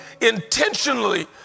intentionally